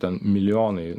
ten milijonai